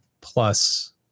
Plus